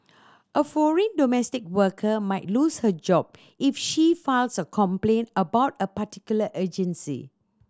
a foreign domestic worker might lose her job if she files a complaint about a particular agency